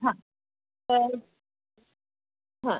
हां तर हां